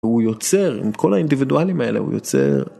הוא יוצר עם כל האינדיבידואלים האלה הוא יוצר.